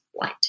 light